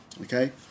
Okay